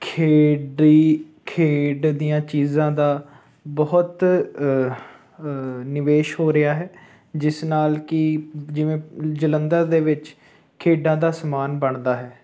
ਖੇਡ ਦੀ ਖੇਡ ਦੀਆਂ ਚੀਜ਼ਾਂ ਦਾ ਬਹੁਤ ਨਿਵੇਸ਼ ਹੋ ਰਿਹਾ ਹੈ ਜਿਸ ਨਾਲ ਕਿ ਜਿਵੇਂ ਜਲੰਧਰ ਦੇ ਵਿੱਚ ਖੇਡਾਂ ਦਾ ਸਮਾਨ ਬਣਦਾ ਹੈ